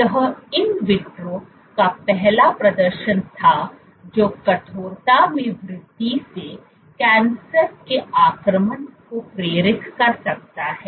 तो यह in vitro का पहला प्रदर्शन था जो कठोरता में वृद्धि से कैंसर के आक्रमण को प्रेरित कर सकता है